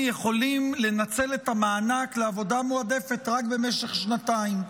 יכולים לנצל את המענק לעבודה מועדפת רק במשך שנתיים.